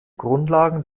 grundlagen